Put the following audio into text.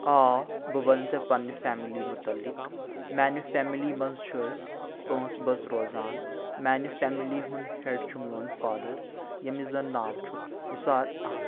آ بہٕ وَنہٕ ژےٚ پنٛنہِ فیملی مُتعلِق میانہِ فیملی منٛز چھِ أسۍ پانٛژھ بٲژ روزان میانہِ فیملی ہنُد ہیڈ چھُ میون فادَر ییٚمِس زَن ناو چھُ نسار احمد